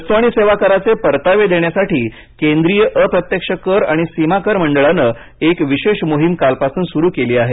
वस्तु आणि सेवा कराचे परतावे देण्यासाठी केंद्रीय अप्रत्यक्ष कर आणि सीमा कर मंडळानं एक विशेष मोहिम कालपासून सुरु केली आहे